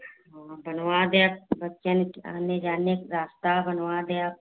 हाँ बनवा देव बच्चन के आने जाने की रास्ता बनवा देव